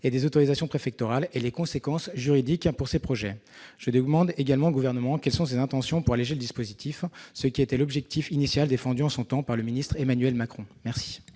et des autorisations préfectorales et les conséquences juridiques pour ces projets. Je demande également au Gouvernement d'indiquer ses intentions pour alléger le dispositif, conformément à l'objectif initial défendu en son temps par le ministre Emmanuel Macron. La